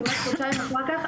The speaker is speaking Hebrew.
כמעט חודשיים אחר כך,